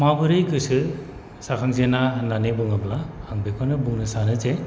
माबोरै गोसो जाहांजेना होननानै बुङोब्ला आं बेखौनो बुंनो सानो जे